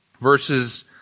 Verses